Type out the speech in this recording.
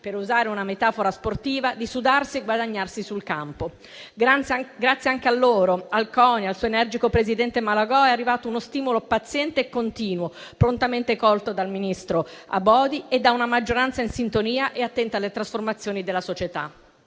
per usare una metafora sportiva - di sudarsi e guadagnarsi sul campo. Grazie anche a loro, al CONI e al suo energico presidente Malagò, è arrivato uno stimolo paziente e continuo, prontamente colto dal ministro Abodi e da una maggioranza in sintonia e attenta alle trasformazioni della società.